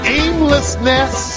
aimlessness